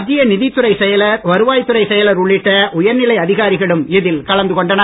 மத்திய நிதித் துறைச் செயலர் வருவாய்த் துறைச் செயலர் உள்ளிட்ட உயர்நிலை அதிகாரிகளும் இதில் கலந்து கொண்டனர்